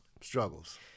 struggles